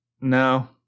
No